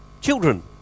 children